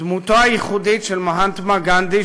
דמותו הייחודית של מהטמה גנדי,